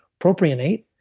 propionate